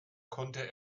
konnte